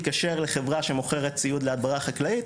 וכל מי שיתקשר לחברה שמוכרת ציוד להדברה חקלאית,